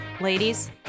Ladies